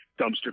dumpster